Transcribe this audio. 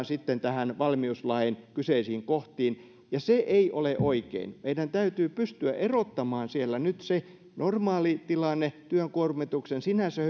sitten näihin valmiuslain kyseisiin kohtiin ja se ei ole oikein meidän täytyy pystyä erottamaan siellä nyt se normaali tilanne työn kuormituksen sinänsä